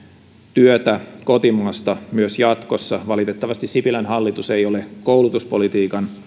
työtä kotimaasta myös jatkossa valitettavasti sipilän hallitus ei ole koulutuspolitiikan